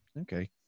Okay